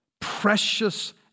precious